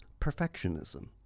perfectionism